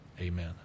amen